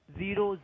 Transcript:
zero